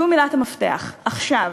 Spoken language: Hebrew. זאת מילת המפתח, עכשיו.